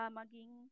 maging